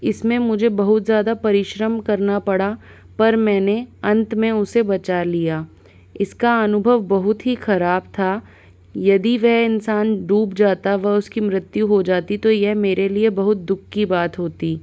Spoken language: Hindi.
इसमें मुझे बहुत ज़्यादा परिश्रम करना पड़ा पर मैंने अंत में उसे बचा लिया इसका अनुभव बहुत ही खराब था यदि वे इंसान डूब जाता व उसकी मृत्यु हो जाती तो ये मेरे लिए बहुत दुख की बात होती